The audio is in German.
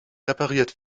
repariert